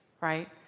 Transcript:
right